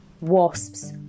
wasps